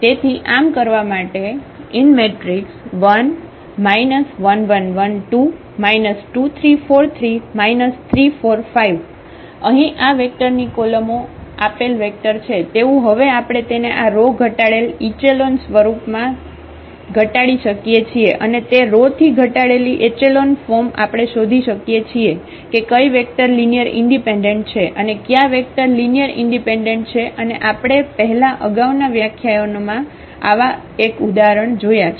તેથી આમ કરવા માટે 1 1 1 1 2 2 3 4 3 3 4 5 અહીં આ વેક્ટર ની કોલમો આપેલ વેક્ટર છે તેવું હવે આપણે તેને આ રો ઘટાડેલ ઇચેલોન સ્વરૂપમાં ઘટાડી શકીએ છીએ અને તે રોથી ઘટાડેલી એચેલોન ફોર્મ આપણે શોધી શકીએ છીએ કે કઇ વેક્ટર લિનિયર ઇન્ડિપેન્ડન્ટ છે અને કયા વેક્ટર લિનિયર ઇન્ડિપેન્ડન્ટ છે અને આપણે પહેલાં અગાઉના વ્યાખ્યાનોમાં આવો એક ઉદાહરણ જોયો છે